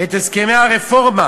את הסכמי הרפורמה?